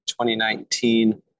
2019